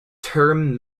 term